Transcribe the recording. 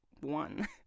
one